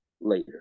later